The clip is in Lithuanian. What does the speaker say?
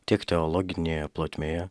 tiek teologinėje plotmėje